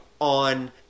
on